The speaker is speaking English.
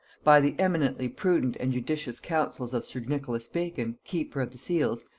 by the eminently prudent and judicious counsels of sir nicholas bacon keeper of the seals,